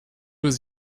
was